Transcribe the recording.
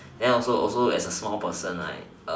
then also also as a floor person right